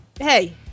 hey